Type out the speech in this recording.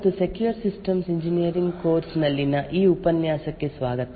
hello ಮತ್ತು secure systems engineering course ನಲ್ಲಿನ ಈ ಉಪನ್ಯಾಸಕ್ಕೆ ಸ್ವಾಗತ